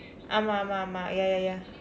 ஆமாம் ஆமாம் ஆமாம்:aamam aamam aamam ya ya ya